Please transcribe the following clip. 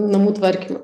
namų tvarkymui